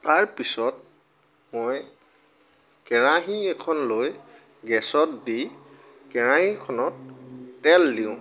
তাৰপিছত মই কেৰাহী এখন লৈ গেছত দি কেৰাহীখনত তেল দিওঁ